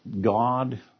God